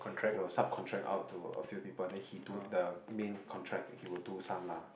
will subcontract out to a few people then he do the main contract he will do some lah